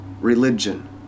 religion